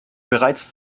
bereits